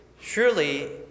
Surely